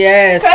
Yes